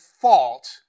fault